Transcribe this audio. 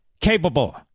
capable